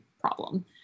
problem